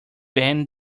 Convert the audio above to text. banned